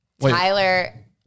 Tyler